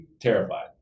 terrified